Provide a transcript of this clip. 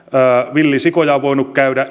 villisikoja on voinut käydä